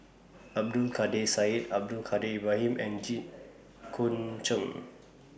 Abdul Kadir Syed Abdul Kadir Ibrahim and Jit Koon Ch'ng